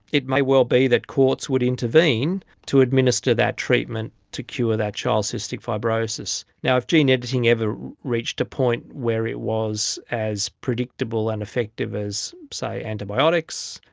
it may well be that courts would intervene to administer that treatment to cure that child's cystic fibrosis. now, if gene editing ever reached a point where it was as predictable and effective as, say, antibiotics,